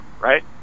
right